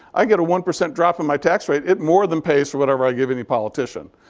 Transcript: i get a one percent drop in my tax rate. it more than pays for whatever i give any politician.